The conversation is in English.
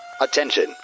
Attention